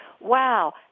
wow